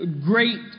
great